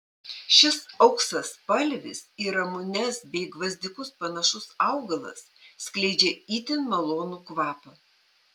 šis auksaspalvis į ramunes bei gvazdikus panašus augalas skleidžia itin malonų kvapą